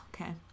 Okay